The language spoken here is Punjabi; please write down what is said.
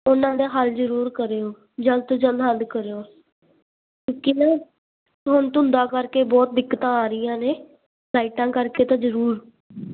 ਉਹਨਾਂ ਦੇ ਹੱਲ ਜ਼ਰੂਰ ਕਰਿਓ ਜਲਦ ਤੋਂ ਜਲਦ ਹੱਲ ਕਰਿਓ ਕਿਉਂਕਿ ਨਾ ਹੁਣ ਧੁੰਦਾਂ ਕਰਕੇ ਬਹੁਤ ਦਿੱਕਤਾਂ ਆ ਰਹੀਆਂ ਨੇ ਲਾਈਟਾਂ ਕਰਕੇ ਤਾਂ ਜ਼ਰੂਰ